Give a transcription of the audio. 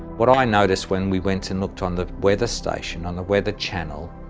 what i noticed when we went and looked on the weather station, on the weather channel,